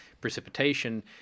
precipitation